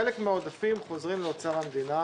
חלק מהעודפים חוזרים לאוצר המדינה,